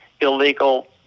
illegal